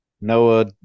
Noah